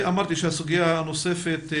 אמרתי שהסוגיה הנוספת,